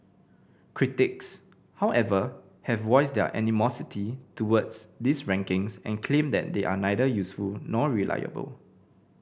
critics however have voiced their animosity toward these rankings and claim that they are neither useful nor reliable